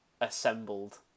assembled